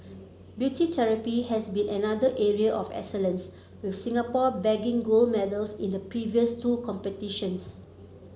beauty therapy has been another area of excellence with Singapore bagging gold medals in the previous two competitions